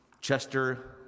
Chester